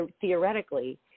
theoretically